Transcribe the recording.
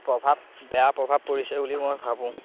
প্ৰভাৱ বেয়া প্ৰভাৱ পৰিছে বুলি মই ভাবোঁ